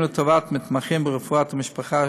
נגד חיילי צה"ל,